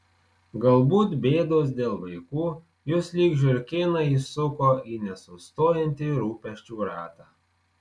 galbūt bėdos dėl vaikų jus lyg žiurkėną įsuko į nesustojantį rūpesčių ratą